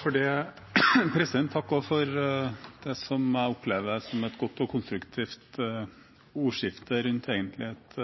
for det som jeg opplever som et godt og konstruktivt ordskifte rundt et